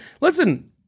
listen